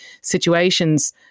situations